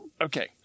Okay